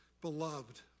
beloved